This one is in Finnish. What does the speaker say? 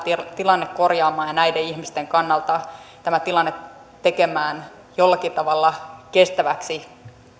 tilanne korjaamaan ja näiden ihmisten kannalta tämä tilanne tekemään jollakin tavalla kestäväksi